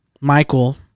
Michael